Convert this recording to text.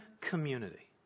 community